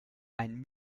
ein